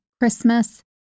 Christmas